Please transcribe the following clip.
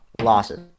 losses